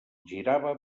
girava